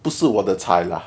不是我的菜 lah